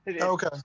Okay